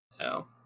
No